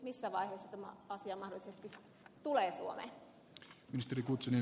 missä vaihteessa tämä asia mahdollisesti tulee suomeen